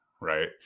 right